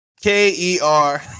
K-E-R